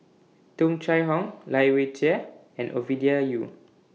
Tung Chye Hong Lai Weijie and Ovidia Yu